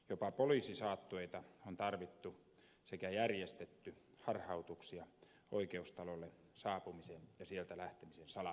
jopa poliisisaattueita on tarvittu sekä järjestetty harhautuksia oikeustalolle saapumisen ja sieltä lähtemisen salaamiseksi